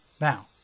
Now